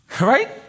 Right